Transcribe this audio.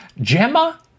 Gemma